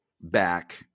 back